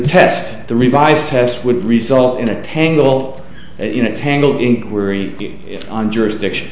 test the revised test would result in a tangled in a tangle inquiry on jurisdiction